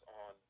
on